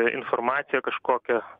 informaciją kažkokią